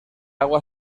agua